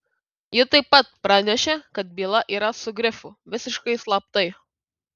ji taip pat pranešė kad byla yra su grifu visiškai slaptai